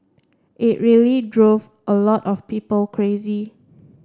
it really drove a lot of people crazy